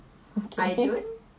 okay then